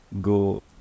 go